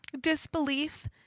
disbelief